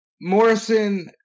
Morrison